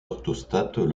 orthostates